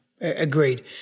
agreed